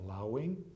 allowing